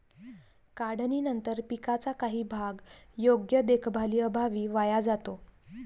काढणीनंतर पिकाचा काही भाग योग्य देखभालीअभावी वाया जातो